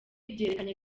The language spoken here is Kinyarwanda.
byerekana